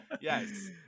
yes